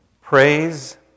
Praise